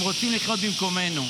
הם רוצים לחיות במקומנו.